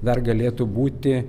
dar galėtų būti